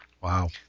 Wow